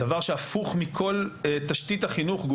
זה דבר שהפוך מכל תשתית החינוך,